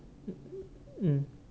mm